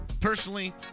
personally